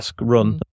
run